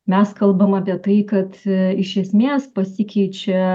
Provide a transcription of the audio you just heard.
mes kalbam apie tai kad iš esmės pasikeičia